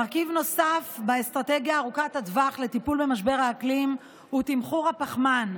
מרכיב נוסף באסטרטגיה ארוכת הטווח לטיפול במשבר האקלים הוא תמחור הפחמן,